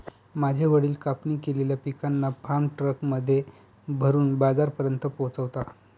माझे वडील कापणी केलेल्या पिकांना फार्म ट्रक मध्ये भरून बाजारापर्यंत पोहोचवता